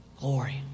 Glory